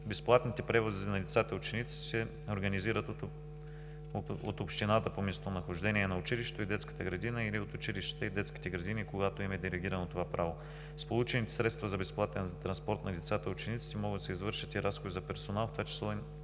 Безплатните превози на децата и учениците се организират от общината по местонахождение на училището или детската градина, или от училищата и детските градини, когато им е делегирано това право. С получените средства за безплатен транспорт на децата и учениците може да се извършат и разходи за персонал, в това число